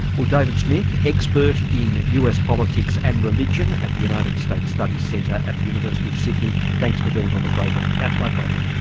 well david smith, expert in us politics and religion, at the united states studies centre at the university of sydney, thanks for being on the program. that's my pleasure.